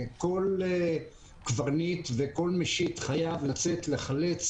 כל קברניט וכל משיט חייב לצאת ולחלץ